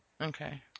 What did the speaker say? Okay